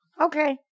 Okay